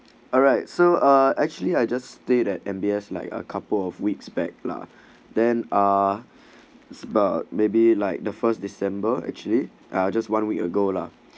alright so uh actually I just stayed at M_B_S like a couple of weeks back lah then ah it's about maybe like the first december actually I'll just one week ago lah